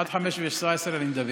עד 17:17 אני מדבר.